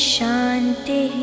Shanti